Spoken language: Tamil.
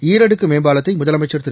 ஈரடுக்கு மேம்பாலத்தை முதலமைச்ச் திரு